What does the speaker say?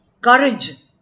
courage